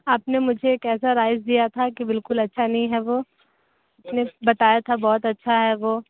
आपने मुझे कैसा राइस दिया था कि बिल्कुल अच्छा नहीं है वो बताया था बहुत अच्छा है वो